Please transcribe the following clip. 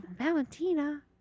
Valentina